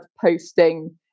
posting